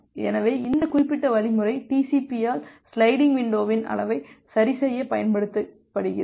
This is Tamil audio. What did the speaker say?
எனவே இந்த குறிப்பிட்ட வழிமுறை டிசிபி ஆல் சிலைடிங் விண்டோவின் அளவை சரிசெய்ய பயன்படுத்தப்படுகிறது